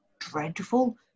dreadful